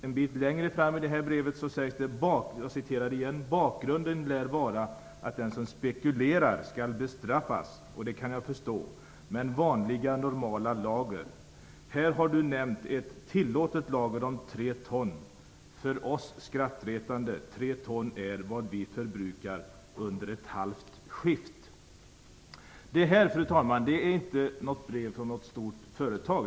Litet längre fram i brevet står det: "Bakgrunden lär vara att den som spekulerar skall ́bestraffas ́ och det kan jag förstå, men vanliga, normala lager?? Här har Du nämnt ett ́tillåtet ́ lager om 3 ton, för oss skrattretande, 3 ton är vad vi förbukar under ett halvt skift." Fru talman! Detta är inte ett brev från ett stort företag.